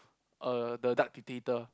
uh the Dark Dictator